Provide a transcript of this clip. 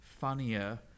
funnier